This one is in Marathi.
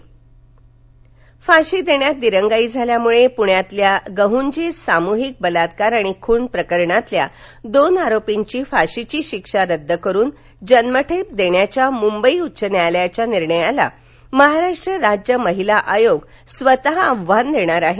महिला आयोग फाशी देण्यात दिरंगाई झाल्यामुळे पुण्यातील गहूंजे सामूहिक बलात्कार आणि खून प्रकरणातल्या दोन आरोपींची फाशी रद्द करून जन्मठेप देण्याच्या मुंबई उच्च न्यायालयाच्या निर्णयाला महाराष्ट्र राज्य महिला आयोग स्वत आव्हान देणार आहे